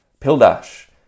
Pildash